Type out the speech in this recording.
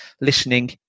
listening